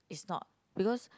is not because